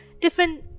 different